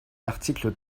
l’article